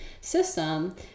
system